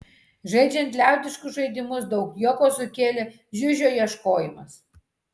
žaidžiant liaudiškus žaidimus daug juoko sukėlė žiužio ieškojimas